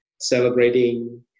celebrating